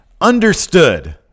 understood